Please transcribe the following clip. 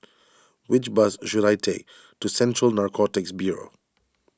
which bus should I take to Central Narcotics Bureau